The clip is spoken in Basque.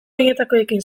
oinetakoekin